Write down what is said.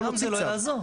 שם לא נוציא צו.